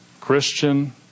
Christian